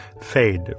fade